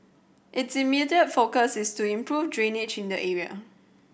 its immediate focus is to improve drainage in the area